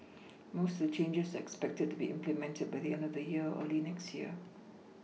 most of the changes are expected to be implemented by the end of the year or early next year